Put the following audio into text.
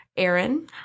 Aaron